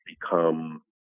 become